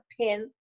pin